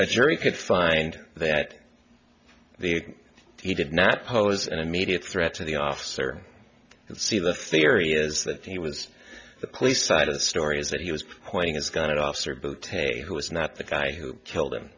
a jury could find that the he did not pose an immediate threat to the officer see the theory is that he was the police side of the story is that he was pointing his gun at officer boot hey who was not the guy who killed him